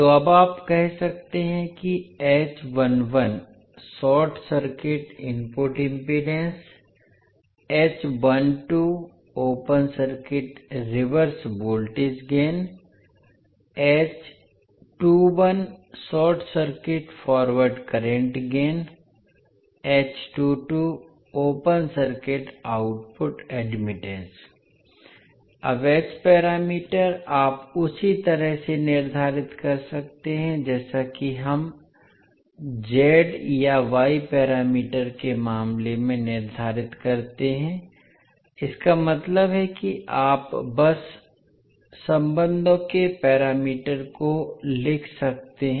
तो अब आप कह सकते हैं कि short circuit input impedance open circuit reverse voltage gain short circuit forward current gain open circuit output admittance अब h पैरामीटर आप उसी तरह से निर्धारित कर सकते हैं जैसा कि हम z या y पैरामीटर के मामले में निर्धारित करते हैं इसका मतलब है कि आप बस रिश्तों के पैरामीटर को लिख सकते हैं